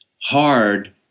hard